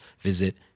visit